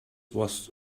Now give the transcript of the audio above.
was